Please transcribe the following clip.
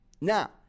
Now